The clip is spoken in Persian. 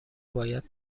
باید